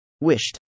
wished